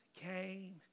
came